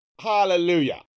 hallelujah